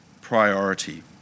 priority